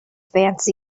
fancy